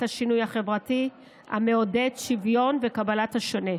השינוי החברתי המעודד שוויון וקבלת השונה.